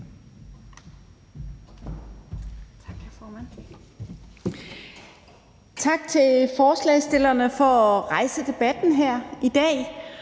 Tak til forslagsstillerne for at rejse debatten her i dag